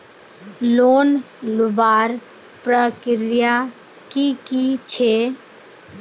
Loan लुबार प्रक्रिया की की छे?